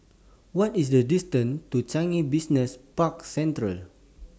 What IS The distance to Changi Business Park Central